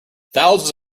thousands